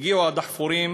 הגיעו הדחפורים